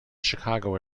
chicago